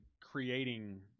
creating